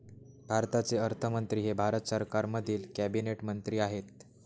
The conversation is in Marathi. भारताचे अर्थमंत्री हे भारत सरकारमधील कॅबिनेट मंत्री आहेत